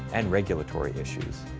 and regulatory issues.